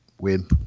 Win